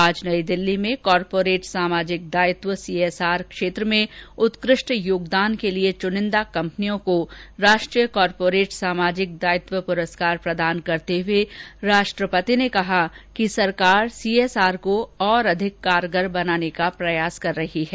आज नई दिल्ली में कॉरपोरेट सामाजिक दायित्व सीएसआर के क्षेत्र में उत्कृष्ठ योगदान के लिए चुनिंदा कम्पनियों को राष्ट्रीय कॉरपोरेट सामाजिक दायित्व पुरस्कार प्रदान करते हुए उन्होंने कहा कि सरकार सीएसआर को और अधिक कारगर बनाने का प्रयास कर रही है